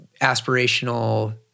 aspirational